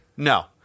No